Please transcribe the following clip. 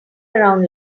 around